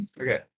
Okay